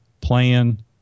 plan